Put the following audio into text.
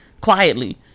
quietly